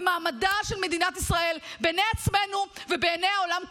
במעמדה של מדינת ישראל בעיני עצמנו ובעיני העולם כולו.